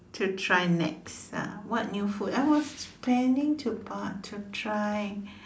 to try next uh what new food I was planning to buy to try